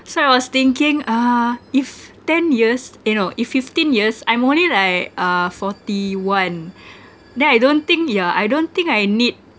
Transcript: so I was thinking uh if ten years eh no if fifteen years I'm only like uh forty one then I don't think yeah I don't think I need